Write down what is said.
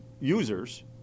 users